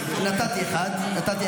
לא, תהיו